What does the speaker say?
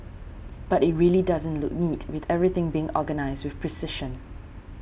but it really doesn't look neat with everything being organised with precision